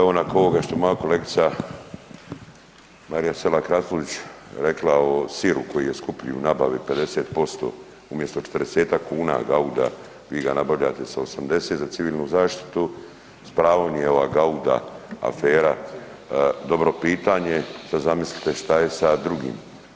Evo nakon ovoga što je moja kolegica Marija Selak Raspudić rekla o siru koji je skuplji u nabavi 50% umjesto 40-tak kuna Gauda, vi ga nabavljate za 80 za civilnu zaštitu, s prvom je ova Gauda afera dobro pitanje, sad zamislite šta je sa drugim.